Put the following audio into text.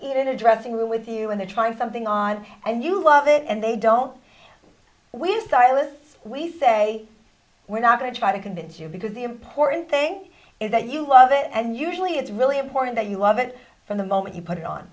in a dressing room with you and they're trying something on and you love it and they don't we stylists we say we're not going to try to convince you because the important thing is that you love it and usually it's really important that you love it from the moment you put it on